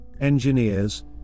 engineers